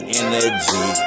energy